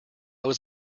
was